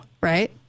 right